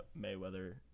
Mayweather